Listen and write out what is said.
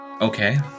Okay